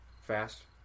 fast